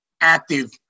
active